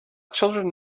children